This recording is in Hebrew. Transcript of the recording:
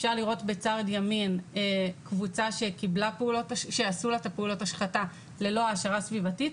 אפשר לראות בצד ימין קבוצה שעשו לה את פעולות ההשחתה ללא העשרה סביבתית.